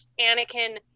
Anakin